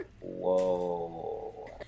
whoa